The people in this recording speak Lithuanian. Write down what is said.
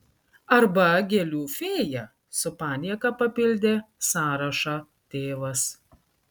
arba gėlių fėja su panieka papildė sąrašą tėvas